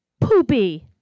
poopy